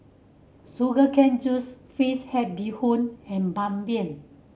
sugar cane juice fish head bee hoon and Ban Mian